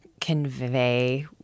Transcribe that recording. convey